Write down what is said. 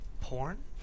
porn